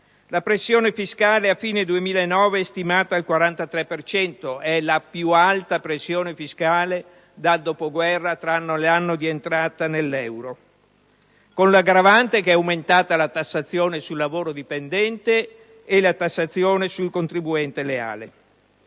La pressione fiscale a fine 2009 è stimata al 43 per cento: è la più alta pressione fiscale dal dopoguerra, tranne l'anno di entrata nell'euro, con l'aggravante che è aumentata la tassazione sul lavoro dipendente e la tassazione sul contribuente leale.